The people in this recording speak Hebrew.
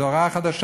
זו הוראה חדשה.